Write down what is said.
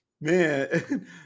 man